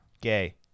Gay